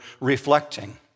reflecting